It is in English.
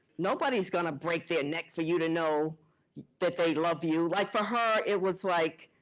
nobody's gonna break their neck for you to know that they love you. like, for her, it was like,